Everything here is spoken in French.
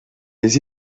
les